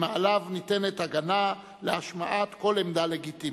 שמעליו ניתנת הגנה להשמעת כל עמדה לגיטימית.